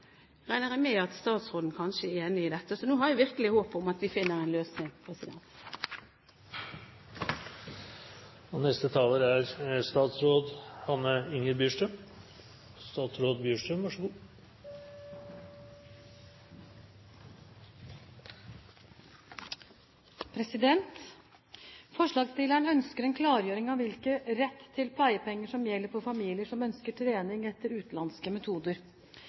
regner jeg med at statsråden kanskje er enig i dette. Så nå har jeg virkelig håp om at de finner en løsning. Forslagsstillerne ønsker en klargjøring av hvilken rett til pleiepenger som gjelder for familier som ønsker trening etter utenlandske metoder.